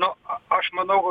no aš manau